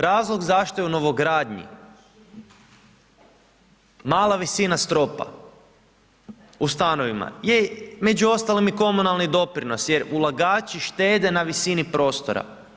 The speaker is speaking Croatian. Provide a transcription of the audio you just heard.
Razlog zašto u novogradnji, mala visina stropa, u stanovima je među ostalima i komunalni doprinos, jer ulagači štede na visini prostora.